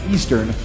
Eastern